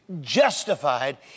justified